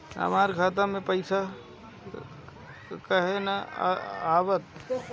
हमरा खाता में पइसा काहे ना आवत बा?